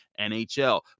NHL